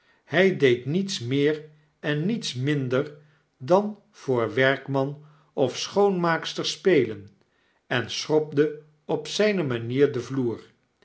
htj deed niets meer en niets minder dan voor werkman of schoonmaakster spelen en schrobde op zgne manier den vloer